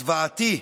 הזוועתי,